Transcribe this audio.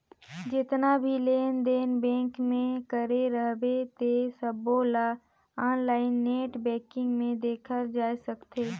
जेतना भी लेन देन बेंक मे करे रहबे ते सबोला आनलाईन नेट बेंकिग मे देखल जाए सकथे